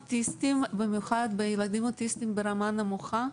במיוחד בילדים אוטיסטים ברמה נמוכה,